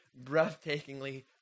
breathtakingly